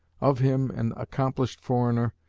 of him, an accomplished foreigner,